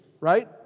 right